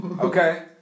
Okay